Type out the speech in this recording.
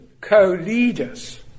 co-leaders